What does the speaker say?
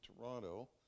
Toronto